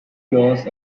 flows